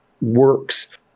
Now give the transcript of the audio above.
works